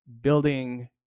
Building